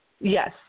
Yes